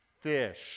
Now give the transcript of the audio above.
fish